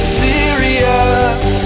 serious